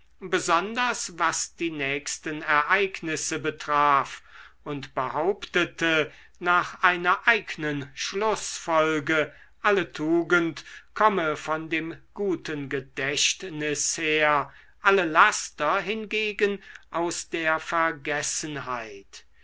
besonders was die nächsten ereignisse betraf und behauptete nach einer eignen schlußfolge alle tugend komme von dem guten gedächtnis her alle laster hingegen aus der vergessenheit